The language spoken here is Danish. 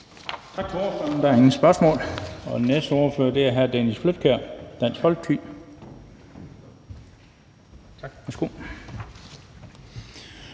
ordføreren. Der er ingen spørgsmål. Den næste ordfører er hr. Dennis Flydtkjær, Dansk Folkeparti. Værsgo.